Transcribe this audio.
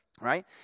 right